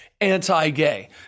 anti-gay